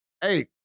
Hey